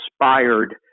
inspired